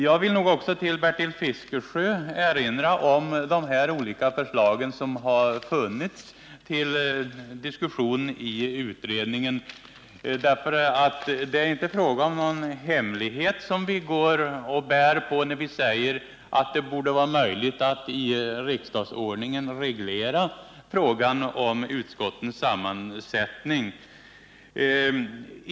Jag vill också erinra Bertil Fiskesjö om dessa olika förslag som har varit uppe till diskussion i utredningen. Det är inte någon hemlighet som vi bär på när vi säger att det borde vara möjligt att i riksdagsordningen reglera frågan om utskottens sammansättning.